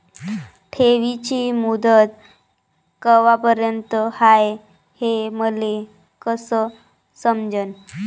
ठेवीची मुदत कवापर्यंत हाय हे मले कस समजन?